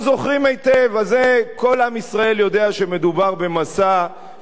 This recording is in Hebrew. כל עם ישראל יודע שמדובר במסע של שקר,